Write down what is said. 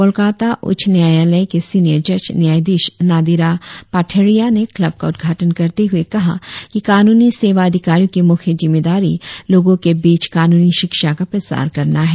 कोलकाता उच्च न्यायालय के सिनियर जज न्यायाधीश नादिरा पार्ठेया ने कल्ब का उद्घाटन करते हुए कहा कि कानूनी सेवा अधिकारियों की मुख्य जिम्मेदारी लोगों के बीच कानूनी शिक्षा का प्रसार करना है